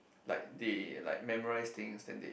like they like memories things then they